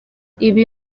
ibi